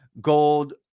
gold